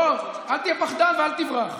בוא, אל תהיה פחדן ואל תברח.